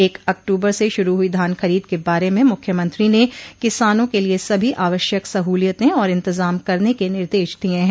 एक अक्टूबर से शुरू हुई धान खरीद के बारे में मूख्यमंत्री ने किसानों के लिए सभी आवश्यक सहूलियतें और इंतजाम करने के निर्देश दिये हैं